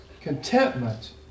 contentment